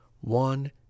one